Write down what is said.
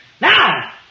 Now